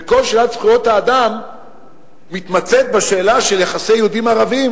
וכל שאלת זכויות האדם מתמצית בשאלה של יחסי יהודים ערבים,